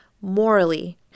morally